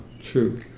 True